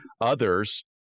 others